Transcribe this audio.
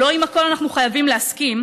לא עם הכול אנחנו חייבים להסכים,